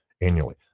annually